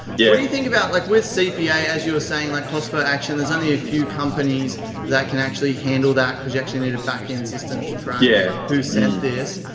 yeah what do you think about like with cpa, as you were saying, like cost per action, there's only a few companies that can actually handle that because you actually need a backend system to track yeah who sent this.